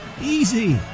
Easy